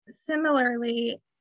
similarly